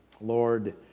Lord